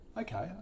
Okay